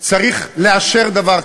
צריך לאשר דבר כזה?